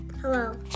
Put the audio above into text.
Hello